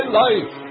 life